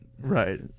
Right